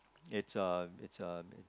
it's a it's a